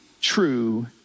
true